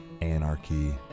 anarchy